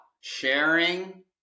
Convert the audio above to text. Sharing